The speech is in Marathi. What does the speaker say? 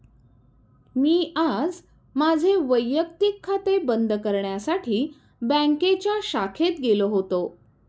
मी आज माझे वैयक्तिक खाते बंद करण्यासाठी बँकेच्या शाखेत गेलो होतो